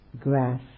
Grass